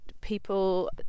people